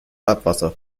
abwasser